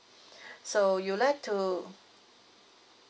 so you'd like to